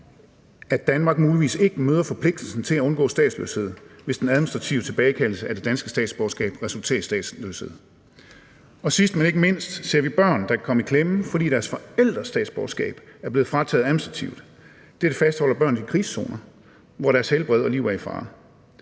Danmark muligvis ikke møder forpligtigelsen til at undgå statsløshed, hvis den administrative tilbagekaldelse af det danske statsborgerskab resulterer i statsløshed. Og sidst, men ikke mindst, ser vi børn, der kan komme i klemme, fordi deres forældres statsborgerskab er blevet frataget dem administrativt. Dette fastholder børn i krigszoner, hvor deres helbred og liv er i fare.